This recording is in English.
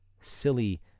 Silly